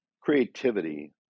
Creativity